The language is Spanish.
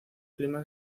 clima